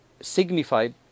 signified